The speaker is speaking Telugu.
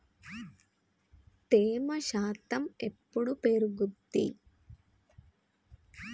తేమ శాతం ఎప్పుడు పెరుగుద్ది?